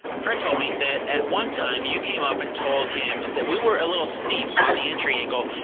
fred told me that at one time you came up and told him that we were a little steep on the entry angle,